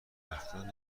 رفتنت